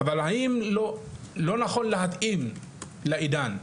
אבל האם לא נכון להתאים לעידן,